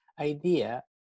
idea